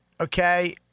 okay